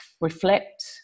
reflect